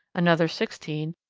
another sixteen,